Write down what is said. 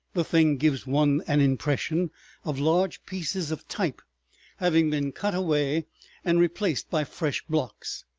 the thing gives one an impression of large pieces of type having been cut away and replaced by fresh blocks.